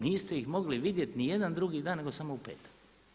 Niste ih mogli vidjeti niti jedan drugi dan nego samo u petak.